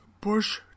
Bush